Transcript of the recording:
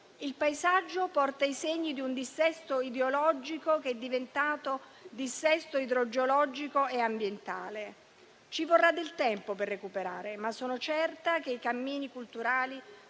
Il paesaggio porta i segni di un dissesto ideologico che è diventato dissesto idrogeologico e ambientale. Ci vorrà del tempo per recuperare, ma sono certa che i cammini culturali